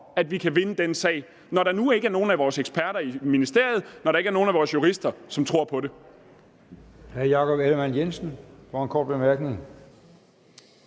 at vi kan vinde den sag, når der nu ikke er nogen af vores eksperter i ministeriet, når der ikke er nogen af vores jurister, som tror på det.